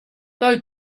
though